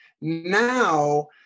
now